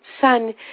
son